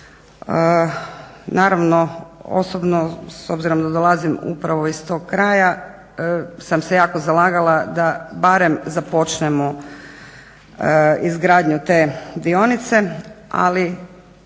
Naravno, osobno s obzirom da dolazim upravo iz tog kraja sam se jako zalagala da barem započnemo izgradnju te dionice. Ali